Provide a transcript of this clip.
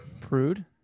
prude